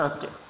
Okay